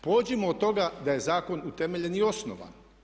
Pođimo od toga da je zakon utemeljenih osnova.